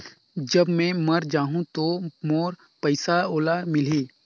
जब मै मर जाहूं तो मोर पइसा ओला मिली?